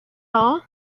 all